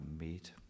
meet